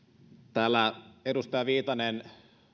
täällä edustaja viitanen